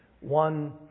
one